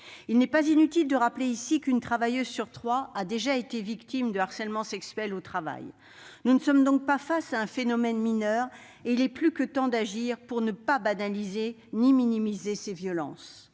Il n'est pas inutile de rappeler ici qu'une travailleuse sur trois a déjà été victime de harcèlement sexuel au travail. Nous ne sommes donc pas face à un phénomène mineur, et il est plus que temps d'agir pour ne pas banaliser ni minimiser ces violences.